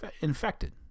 infected